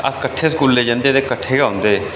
ते अस किट्ठे स्कूल जंदे ते किट्ठे गे औंदे हे